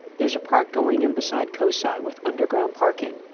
there's a park going in beside cosi with underground parking,